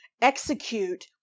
execute